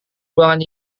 ruangan